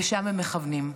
לשם הם מכוונים.